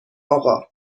آقا